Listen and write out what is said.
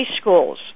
schools